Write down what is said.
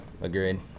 agreed